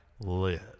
live